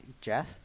Jeff